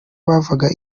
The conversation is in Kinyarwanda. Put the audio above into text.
bavaga